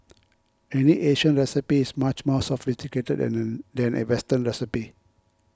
any Asian recipe is much more sophisticated than a Western recipe